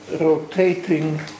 rotating